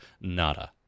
Nada